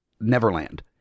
Neverland